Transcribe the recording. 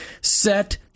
Set